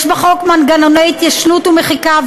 יש בחוק מנגנוני התיישנות ומחיקה,